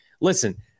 listen